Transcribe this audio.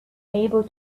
able